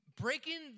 breaking